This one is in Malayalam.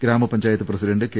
ഗ്രാമപഞ്ചായത്ത് പ്രസിഡന്റ് കെ